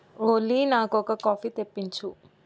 ఓలీ నాకొక కాఫీ తెప్పించు